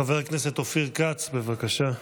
חבר הכנסת אופיר כץ, בבקשה.